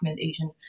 Asian